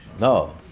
no